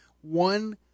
one